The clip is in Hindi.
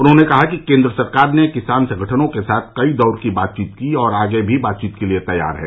उन्होंने कहा कि केन्द्र सरकार ने किसान संगठनों के साथ कई दौर की बातचीत की और आगे भी बातचीत के लिये तैयार है